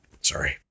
Sorry